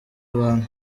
abantu